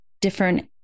different